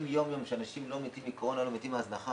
יום יום שאנשים לא מתים מקורונה אלא מתים מהזנחה,